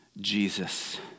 Jesus